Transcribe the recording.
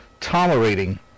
tolerating